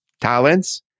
talents